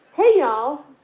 hey, y'all.